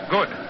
Good